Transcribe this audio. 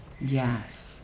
yes